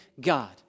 god